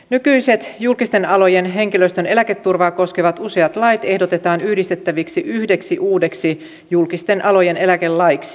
nykyiset julkisten alojen henkilöstön eläketurvaa koskevat useat lait ehdotetaan yhdistettäviksi yhdeksi uudeksi julkisten alojen eläkelaiksi